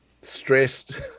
Stressed